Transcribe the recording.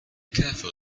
careful